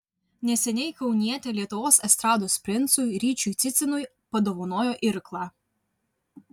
neseniai kaunietė lietuvos estrados princui ryčiui cicinui padovanojo irklą